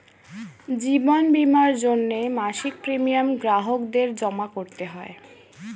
জীবন বীমার জন্যে মাসিক প্রিমিয়াম গ্রাহকদের জমা করতে হয়